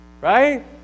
Right